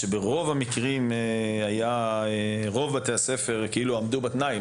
ורוב בתי הספר עמדו בתנאי.